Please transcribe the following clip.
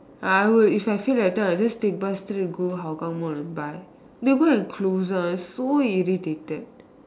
I would if I feel like that I would just take bus straight and go Hougang Mall and buy they go and close that so irritated